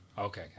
Okay